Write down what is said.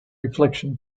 reflection